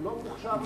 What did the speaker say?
הוא לא מוכשר לזה.